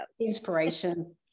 inspiration